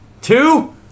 two